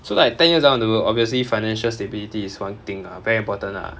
so like ten years down the world obviously financial stability is one thing ah very important lah